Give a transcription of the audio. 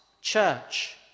church